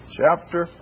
chapter